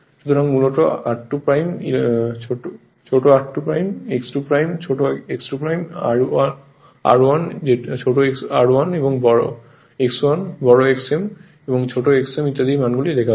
সুতরাং মূলত R2 ছোটো r2 X2 ছোট x2 R 1 ছোট r 1 X 1 বড়ো X m ছোট xm ইত্যাদি মান গুলি লেখা হয়